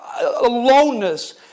aloneness